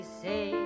say